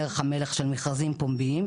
בדרך המלך של מכרזים פומביים.